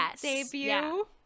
debut